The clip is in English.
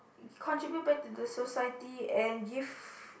contribute back to the society and give